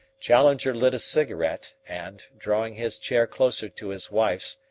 challenger lit a cigarette, and, drawing his chair closer to his wife's,